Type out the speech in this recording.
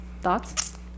thoughts